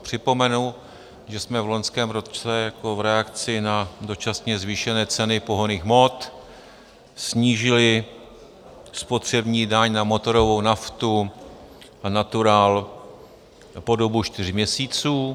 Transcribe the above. Připomenu, že jsme v loňském roce jako reakci na dočasně zvýšené ceny pohonných hmot snížili spotřební daň na motorovou naftu a natural po dobu čtyř měsíců.